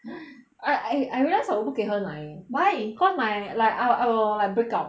I I I realise 我不可以喝奶 leh why cause my like I I I will breakout